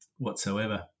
whatsoever